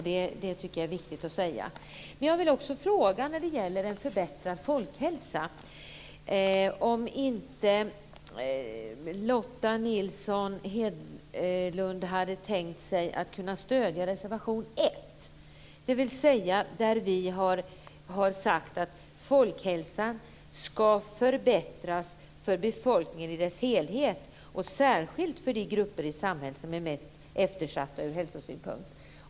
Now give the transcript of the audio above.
Det är viktigt att säga. Har Lotta Nilsson-Hedström inte tänkt sig att kunna stödja reservation 1, där vi har sagt att folkhälsan ska förbättras för befolkningen i dess helhet, särskilt för de grupper i samhället som är mest eftersatta ur hälsosynpunkt?